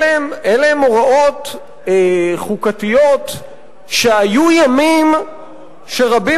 אלה הן הוראות חוקתיות שהיו ימים שרבים